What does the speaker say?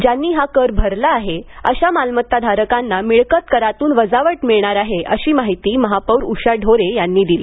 ज्यांनी कर भरला आहे अशा मालमत्ताधारकांना मिळकत करातून वजावट मिळणार आहे अशी माहिती महापौर उषा ढोरे यांनी दिली